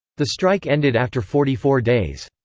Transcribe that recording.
the strike ended after forty four days.